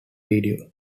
video